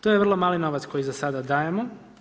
To je vrlo mali novac koji za sada dajemo.